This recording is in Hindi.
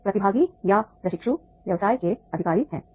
तो प्रतिभागी या प्रशिक्षु व्यवसाय के अधिकारी हैं